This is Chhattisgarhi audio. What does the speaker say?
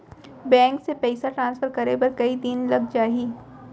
बैंक से पइसा ट्रांसफर करे बर कई दिन लग जाही?